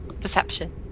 Perception